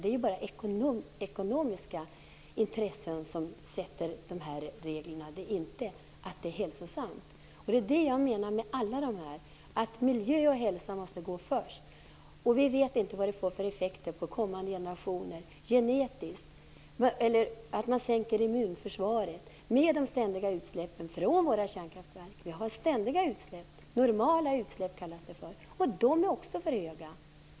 Det är bara ekonomiska intressen som bestämmer reglerna - inte hälsan. Jag menar att miljö och hälsa måste gå först. Vi vet inte vad de ständiga utsläppen från våra känkraftverk får för effekter på kommande generationer. De kan få genetiska konsekvenser, eller så sänks immunförsvaret. Vi har ständiga utsläpp. Normala utsläpp kallas det för. De är också för höga.